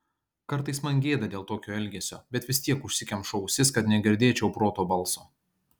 kartais man gėda dėl tokio elgesio bet vis tiek užsikemšu ausis kad negirdėčiau proto balso